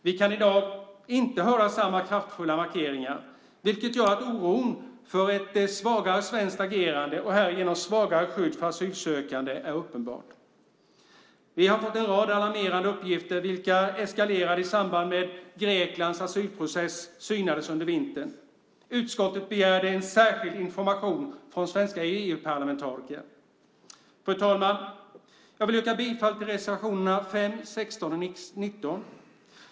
Vi kan i dag inte höra samma kraftfulla markeringar, vilket gör att oron för ett svagare svenskt agerande och härigenom svagare skydd för asylsökande är uppenbar. Vi har fått en rad alarmerande uppgifter, vilka eskalerade i samband med att Greklands asylprocess synades under vintern. Utskottet begärde en särskild information från svenska EU-parlamentariker. Fru talman! Jag vill yrka bifall till reservationerna 5, 16 och 19.